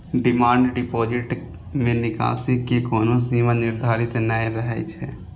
demand deposit मे निकासी के कोनो सीमा निर्धारित नै रहै छै